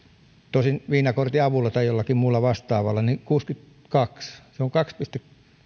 tosin viinakortin avulla tai jollakin muulla vastaavalla vuonna kuusikymmentäkaksi se oli kaksi pilkku